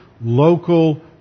local